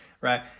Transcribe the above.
right